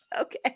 okay